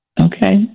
Okay